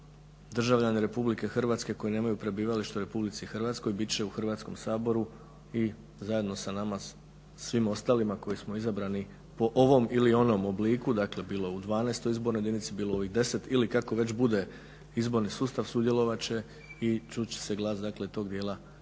državljani RH koji nemaju prebivalište u RH bit će u Hrvatskom saboru i zajedno sa nama svima ostalima koji smo izabrani po ovom ili onom obliku bilo u 12. izbornoj jedinici, bilo u 10. ili kako već bude izborni sustav sudjelovat će i čut će se glas tog dijela hrvatskih